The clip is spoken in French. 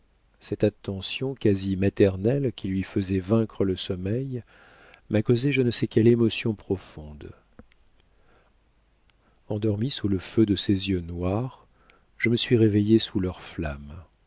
cette attention quasi maternelle qui lui faisait vaincre le sommeil m'a causé je ne sais quelle émotion profonde endormie sous le feu de ses yeux noirs je me suis réveillée sous leur flamme